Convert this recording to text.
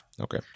Okay